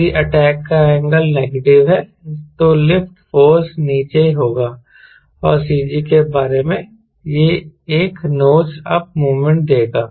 यदि अटैक का angle negative है तो लिफ्ट फोर्से नीचे होगा और CG के बारे में यह एक नोज अप मोमेंट देगा